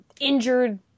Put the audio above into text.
injured